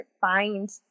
find